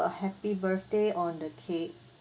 a happy birthday on the cake